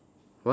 what